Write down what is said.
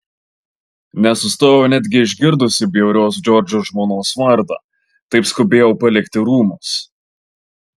nesustojau netgi išgirdusi bjaurios džordžo žmonos vardą taip skubėjau palikti rūmus